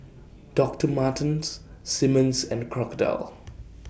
Doctor Martens Simmons and Crocodile